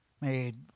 made